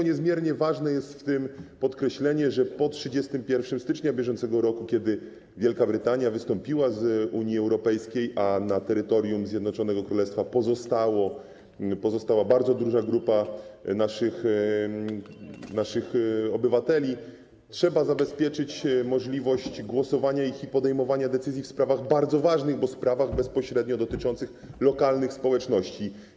Niezmiernie ważne jest podkreślenie, że po 31 stycznia br., kiedy Wielka Brytania wystąpiła z Unii Europejskiej, a na terytorium Zjednoczonego Królestwa pozostała bardzo duża grupa naszych obywateli, trzeba zabezpieczyć możliwość głosowania przez nich i podejmowania decyzji w sprawach bardzo ważnych, bo bezpośrednio dotyczących lokalnych społeczności.